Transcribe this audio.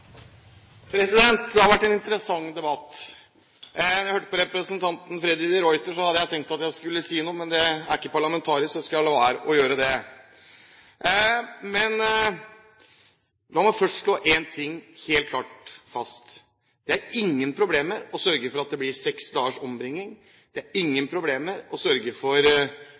Det har vært en interessant debatt. Da jeg hørte på representanten Freddy de Ruiter, hadde jeg tenkt jeg skulle si noe, men det er ikke parlamentarisk språkbruk, så jeg skal la være å gjøre det. La meg først slå én ting helt klart fast: Det er ingen problemer med å sørge for at det blir seks dagers ombringing, det er ingen problemer med å sørge for